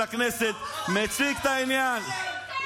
אנחנו, העניים עלק, לא נחשבים.